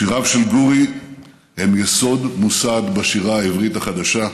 שיריו של גורי הם יסוד מוסד בשירה העברית החדשה,